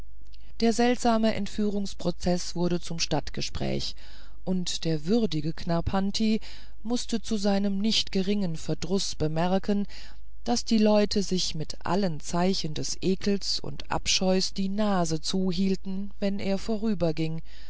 der seltsame entführungsprozeß wurde zum stadtgespräch und der würdige knarrpanti mußte zu seinem nicht geringen verdruß bemerken daß die leute sich mit allen zeichen des ekels und abscheus die nasen zuhielten wenn er vorüberging